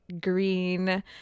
green